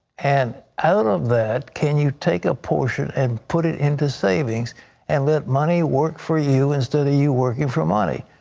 and out of that, can you take a portion and put it into savings and let money work for you instead of you working for money.